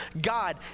God